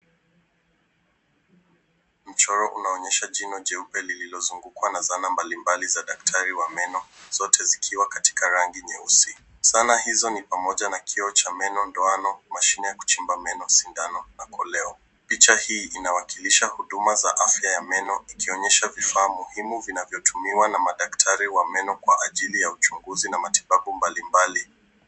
Mchoro unaonyesha jino jeupe lililozungukwa na zana mbalimbali za dakatari wa meno zote zikiwa katika rangi nyeusi. Zana hizo ni pamoja na kioo cha meno, ndoano, mashine ya kuchimba meno, sindano na koleo. Picha hii inawakilisha huduma za afya ya meno ikonyesha vifaa muhimu vinavyotumiwa na madaktari wa meno kwa ajili ya uchunguzi na matibabu mbalimbali.